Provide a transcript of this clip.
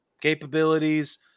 capabilities